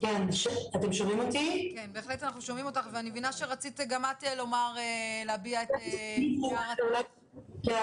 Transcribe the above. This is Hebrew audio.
מבינה שרצית גם את להביע את --- כן,